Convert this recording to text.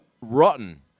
rotten